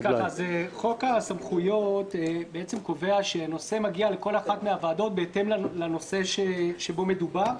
חוק הסמכויות קובע שנושא מגיע לכל אחת מהוועדות בהתאם לנושא שבו מדובר.